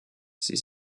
sie